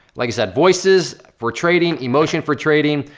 like i said, voices for trading, emotion for trading,